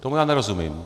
Tomu nerozumím.